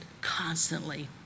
constantly